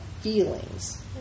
feelings